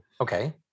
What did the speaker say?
okay